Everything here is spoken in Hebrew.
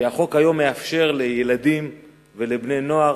כי החוק היום מאפשר לילדים ולבני-נוער